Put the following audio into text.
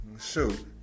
Shoot